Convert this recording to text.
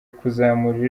kuzamura